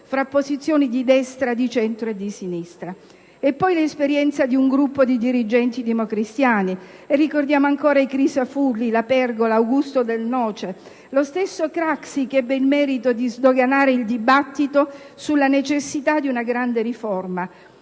tra posizioni di centro, di destra e di sinistra. E poi l'esperienza di un gruppo di dirigenti democristiani, e ricordiamo ancora Crisafulli, La Pergola, Augusto Del Noce, e quella dello stesso Craxi, che ebbe il merito di sdoganare il dibattito sulla necessità di una grande riforma.